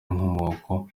inkomoko